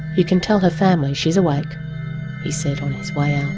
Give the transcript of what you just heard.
you can tell her family she's awake he said on his way and